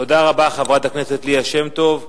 תודה רבה, חברת הכנסת ליה שמטוב.